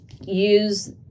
Use